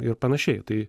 ir panašiai tai